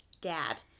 dad